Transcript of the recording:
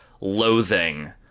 loathing